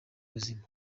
buzima